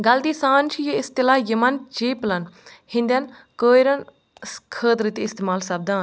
غلطی سان چھِ یہِ اصطلاح یِمن چیٖپلن ہنٛدین کٲیرن خاطرٕ تہِ استعمال سپدان